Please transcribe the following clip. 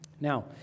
now